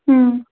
ꯎꯝ